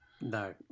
No